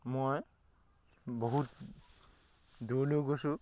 মই বহুত দূৰলৈ গৈছোঁ